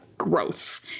gross